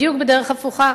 בדיוק בדרך הפוכה.